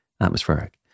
atmospheric